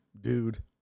Dude